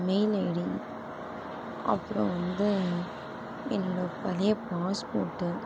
mail ID அப்புறம் வந்து என்னோடய பழைய பாஸ்போர்ட்டு